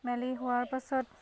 মেলি হোৱাৰ পাছত